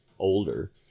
older